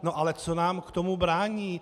No ale co nám v tom brání?